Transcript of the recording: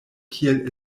kiel